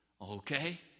Okay